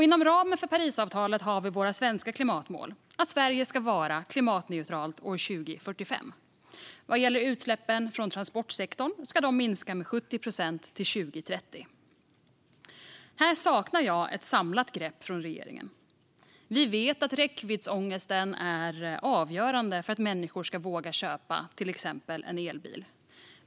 Inom ramen för Parisavtalet har vi våra svenska klimatmål: att Sverige ska vara klimatneutralt 2045. Vad gäller utsläppen från transportsektorn ska de minska med 70 procent till 2030. Här saknar jag ett samlat grepp från regeringen. Vi vet till exempel att räckviddsångesten är avgörande när människor funderar på om de ska våga köpa en elbil.